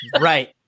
Right